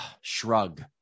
shrug